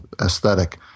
aesthetic